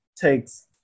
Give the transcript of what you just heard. takes